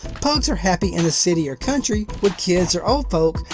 pugs are happy in the city or country, with kids or old folks,